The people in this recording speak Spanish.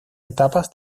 etapas